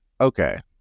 Okay